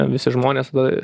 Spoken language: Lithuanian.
visi žmonės tada